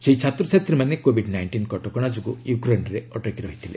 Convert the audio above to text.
ସେହି ଛାତ୍ଛାତୀମାନେ COVID nineteen କଟକଣା ଯୋଗୁଁ ୟୁକ୍ନ୍ରେ ଅଟକି ରହିଥିଲେ